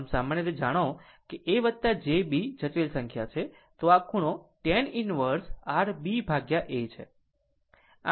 આમ સામાન્ય રીતે જાણો કે જો a j b જટિલ સંખ્યા છે તો પછી આ ખૂણો tan inverse r ba છે